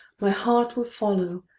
my heart will follow,